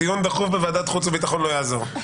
דיון דחוף בוועדת החוץ והביטחון לא יעזור.